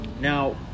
Now